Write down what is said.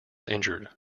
injured